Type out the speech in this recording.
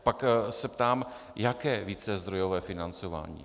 Pak se ptám, jaké vícezdrojové financování.